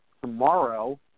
tomorrow